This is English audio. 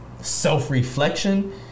self-reflection